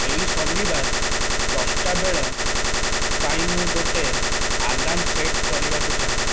ଏଇ ଶନିବାର ଦଶଟାବେଳ ପାଇଁ ମୁଁ ଗୋଟେ ଆଲାର୍ମ ସେଟ୍ କରିବାକୁ ଚାହେଁ